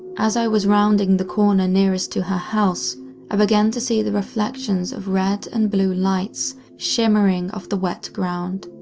as i was rounding the corner nearest to her house i began to see the reflections of red and blue lights shimmering off the wet ground.